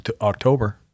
October